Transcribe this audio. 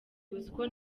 uziko